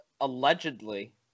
allegedly